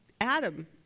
Adam